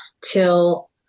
till